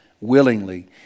willingly